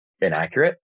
inaccurate